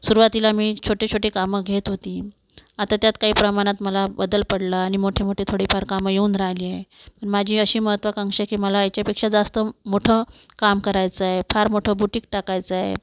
सुरुवातीला मी छोटे छोटे कामं घेत होती आता त्यात काही प्रमाणात मला बदल पडला आणि मोठे मोठे थोडे फार कामं येऊन राहिली आहे माझी अशी महत्वाकांक्षा आहे की मला याच्यापेक्षा जास्त मोठं काम करायचंय फार मोठं बुटीक टाकायचं आहे